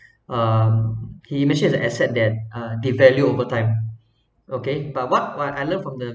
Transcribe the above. uh he mentioned it's the asset that uh devalue overtime okay but what while I learn from the